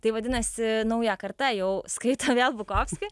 tai vadinasi nauja karta jau skaito vėl bukovskį